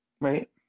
Right